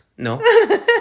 No